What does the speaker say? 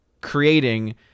creating